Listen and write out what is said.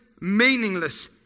meaningless